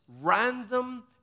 random